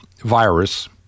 virus